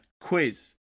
Quiz